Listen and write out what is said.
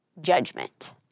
judgment